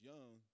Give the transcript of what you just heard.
Young